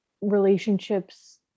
relationships